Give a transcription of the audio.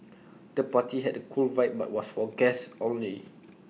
the party had A cool vibe but was for guests only